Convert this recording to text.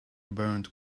burnt